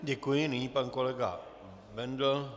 Děkuji, nyní pan kolega Bendl...